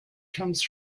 comes